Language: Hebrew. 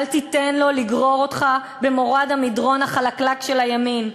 אל תיתן לו לגרור אותך במורד המדרון החלקלק של הימין.